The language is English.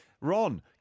Ron